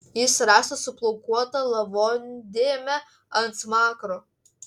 jis rastas su plaukuota lavondėme ant smakro